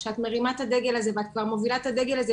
שאת מרימה את הדגל הזה ואת כבר מובילה את הדגל הזה,